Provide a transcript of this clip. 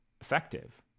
effective